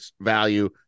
value